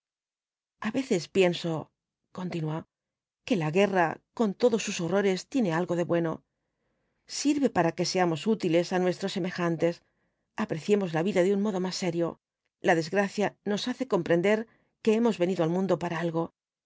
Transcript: a veces pienso continuó que la guerra con todos sus horrores tiene algo de bueno sirve para que seamos útiles á nuestros semejantes apreciemos la vida de un modo más serio la desgracia nos hace comprender que hemos venido al mundo para algo